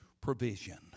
provision